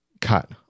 cut